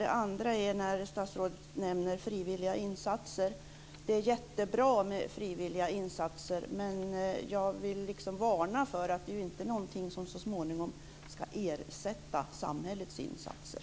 Statsrådet nämner frivilliga insatser. Det är jättebra med frivilliga insatser. Men jag vill varna för att det inte är något som så småningom ska ersätta samhällets insatser.